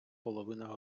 половина